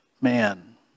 man